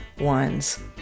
ones